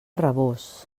rabós